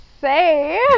say